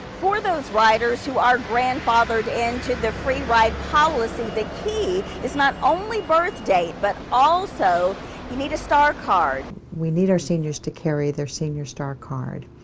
for those riders who are grandfathered and into the free ride policy, the key is not only birthdate but also you need a star card. we need our seniors to carry their senior star card.